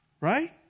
right